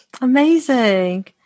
Amazing